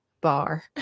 bar